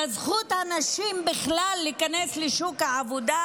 הזכות של נשים בכלל להיכנס לשוק העבודה,